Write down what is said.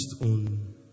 on